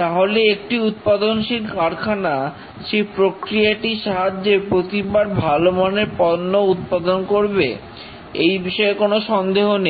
তাহলে একটি উৎপাদনশীল কারখানা সেই প্রক্রিয়াটির সাহায্যে প্রতিবার ভালো মানের পণ্য উৎপাদন করবে এই বিষয়ে কোন সন্দেহ নেই